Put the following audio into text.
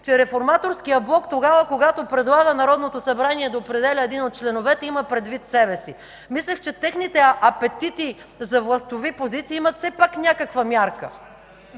Реформаторският блок предлага Народното събрание да определя един от членовете, има предвид себе си. Мислех, че техните апетити за властови позиции имат все пак някаква мярка.